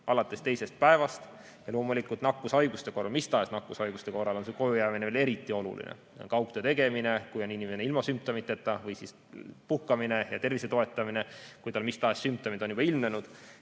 alates teisest päevast. Loomulikult nakkushaiguste korral, mis tahes nakkushaiguste korral, on koju jäämine veel eriti oluline – kaugtöö tegemine, kui inimene on ilma sümptomiteta, või puhkamine ja tervise toetamine, kui on mis tahes sümptomid juba ilmnenud.